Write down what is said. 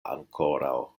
ankoraŭ